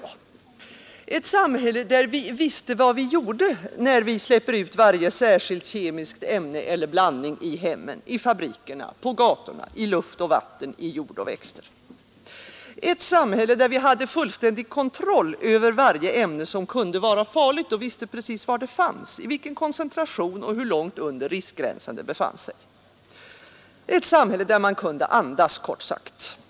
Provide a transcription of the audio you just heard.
Det vore ett samhälle där vi visste vad vi gjorde när vi släppte ut varje särskilt kemiskt ämne eller blandning i hemmen, i fabrikerna, på gatorna, i luft och vatten, i jord och växter; ett samhälle där vi hade fullständig kontroll över varje ämne som kunde vara farligt och där vi visste precis var det fanns, i vilken koncentration och hur långt under riskgränsen det befann sig; ett samhälle där man kunde andas, kort sagt.